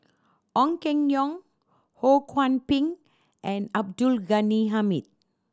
Ong Keng Yong Ho Kwon Ping and Abdul Ghani Hamid